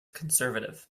conservative